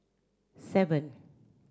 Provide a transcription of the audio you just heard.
seven